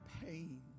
pain